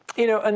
you know, and